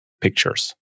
pictures